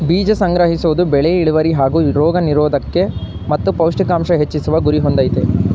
ಬೀಜ ಸಂಗ್ರಹಿಸೋದು ಬೆಳೆ ಇಳ್ವರಿ ಹಾಗೂ ರೋಗ ನಿರೋದ್ಕತೆ ಮತ್ತು ಪೌಷ್ಟಿಕಾಂಶ ಹೆಚ್ಚಿಸುವ ಗುರಿ ಹೊಂದಯ್ತೆ